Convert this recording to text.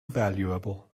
valuable